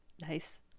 Nice